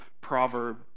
proverb